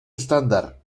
estándar